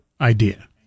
idea